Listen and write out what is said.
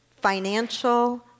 financial